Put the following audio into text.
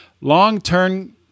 Long-term